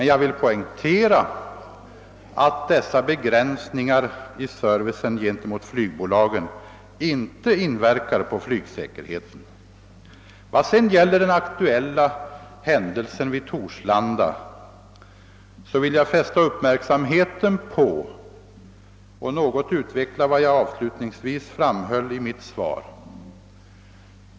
Jag vill dock poängtera att dessa begränsningar i servicen gentemot flygbolagen inte inverkar på flygsäkerheten. Vad sedan gäller den aktuella händelsen vid Torslanda vill jag fästa uppmärksamheten på och något utveckla vad jag avslutningsvis framhöll i mitt svar.